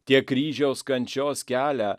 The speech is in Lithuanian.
tiek kryžiaus kančios kelią